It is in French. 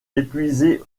épuisé